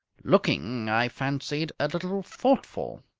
looking, i fancied, a little thoughtful.